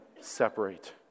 separate